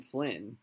Flynn